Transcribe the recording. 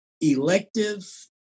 elective